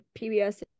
PBS